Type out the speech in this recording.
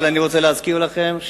אבל אני רוצה להזכיר לכם,